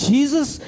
Jesus